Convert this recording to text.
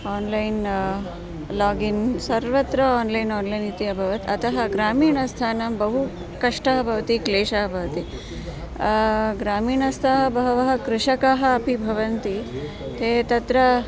online login सर्वत्र online online इति अभवत् अतः ग्रामीणस्थानं बहु कष्टः भवति क्लेशः भवति ग्रामीणस्थाः बहवः कृषकाः अपि भवन्ति ते तत्र